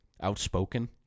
Outspoken